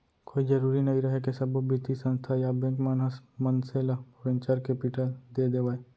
कोई जरुरी नइ रहय के सब्बो बित्तीय संस्था या बेंक मन ह मनसे ल वेंचर कैपिलट दे देवय